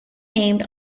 named